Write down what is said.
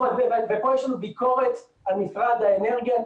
כאן יש לנו ביקורת על משרד האנרגיה.